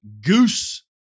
goose